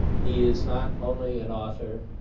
he is not only an author,